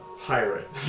Pirate